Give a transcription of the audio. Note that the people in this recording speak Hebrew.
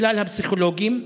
מכלל הפסיכולוגים,